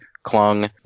clung